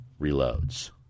reloads